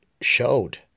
showed